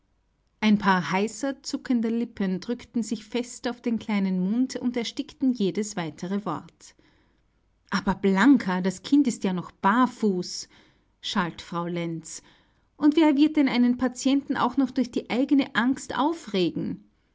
ein paar heißer zuckender lippen drückten sich fest auf den kleinen mund und erstickten jedes weitere wort aber blanka das kind ist ja noch barfuß schalt frau lenz und wer wird denn einen patienten auch noch durch die eigene angst aufregen